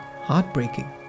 heartbreaking